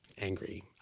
angry